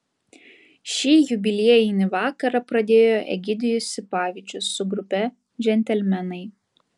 šį jubiliejinį vakarą pradėjo egidijus sipavičius su grupe džentelmenai